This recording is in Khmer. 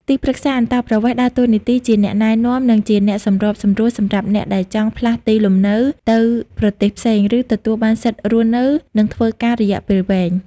ទីប្រឹក្សាអន្តោប្រវេសន៍ ដើរតួនាទីជាអ្នកណែនាំ និងជាអ្នកសម្របសម្រួលសម្រាប់អ្នកដែលចង់ផ្លាស់ទីលំនៅទៅប្រទេសផ្សេង ឬទទួលបានសិទ្ធិរស់នៅ និងធ្វើការរយៈពេលវែង។